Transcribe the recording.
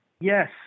Yes